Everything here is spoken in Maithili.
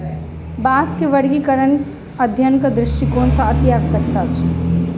बाँसक वर्गीकरण अध्ययनक दृष्टिकोण सॅ अतिआवश्यक अछि